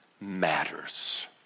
matters